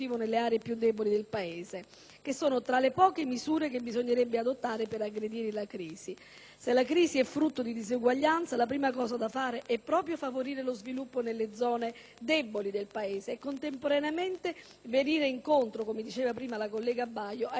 che sono tra le poche misure che bisognerebbe adottare per aggredire la crisi. Se la crisi è frutto di disuguaglianza la prima cosa da fare è proprio favorire lo sviluppo nelle zone deboli del Paese e contemporaneamente venire incontro, come diceva poc'anzi la collega Baio, ai ceti deboli del Paese.